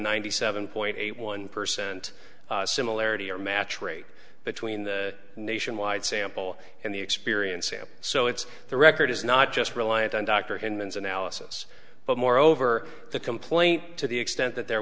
ninety seven point eight one percent similarity or match rate between the nationwide sample and the experience sample so it's the record is not just reliant on doctor him and analysis but moreover the complaint to the extent that there